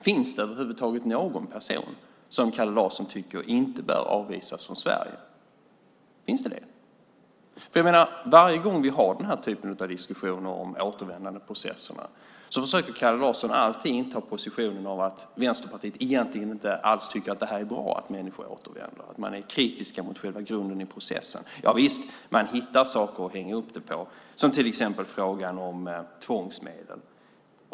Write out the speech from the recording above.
Finns det över huvud taget någon person som Kalle Larsson tycker bör avvisas från Sverige? Finns det det? Varje gång vi har den här typen av diskussioner om återvändandeprocesserna försöker Kalle Larsson alltid inta positionen att Vänsterpartiet egentligen inte alls tycker att det är bra att människor återvänder, att man är kritisk mot själva grunden i processen. Visst, man hittar saker att hänga upp det på, som frågan om tvångsmedel.